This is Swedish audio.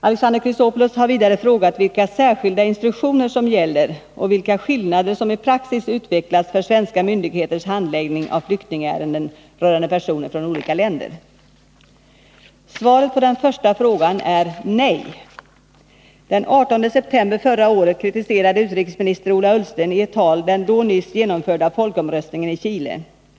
Alexander Chrisopoulos har vidare frågat vilka särskilda instruktioner som gäller och vilka skillnader som i praxis utvecklats för svenska myndigheters handläggning av flyktingärenden rörande personer från olika länder. Svaret på den första frågan är nej. Den 18 september förra året kritiserade utrikesminister Ola Ullsten i ett tal den då nyss genomförda folkomröstningen i Chile.